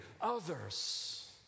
others